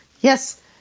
Yes